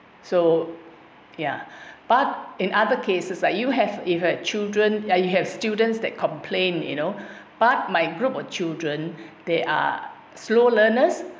so ya but in other cases that you have if you have children now you have students that complain you know but my group of children they are slow learners